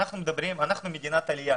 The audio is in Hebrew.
אנחנו מדינת עלייה